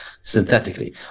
synthetically